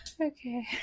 Okay